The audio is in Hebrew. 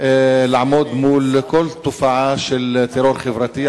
לעמוד מול כל תופעה של טרור חברתי,